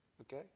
Okay